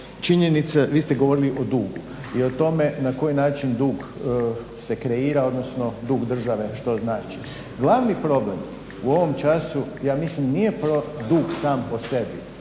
činjenica, vi ste govorili o dugu i o tome na koji način dug se kreira, odnosno dug države što znači. Glavni problem u ovom času, ja mislim nije dug sam po sebi,